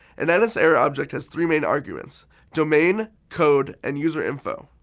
and and nserror object has three main arguments domain, code, and userinfo.